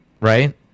right